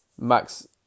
Max